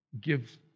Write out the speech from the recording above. give